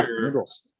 noodles